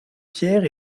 pierre